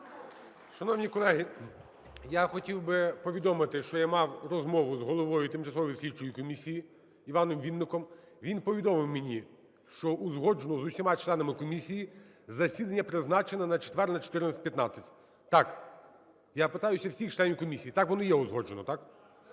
Шановні колеги, я хотів би повідомити, що я мав розмову з головою тимчасової слідчої комісії ІваномВінником. Він повідомив мені, що узгоджене з усіма членами комісії засідання призначене на четвер на 14:15. Так? Я питаюся всіх членів комісії: так воно і є узгоджено, так?